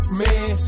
man